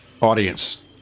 audience